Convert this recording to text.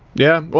yeah, well,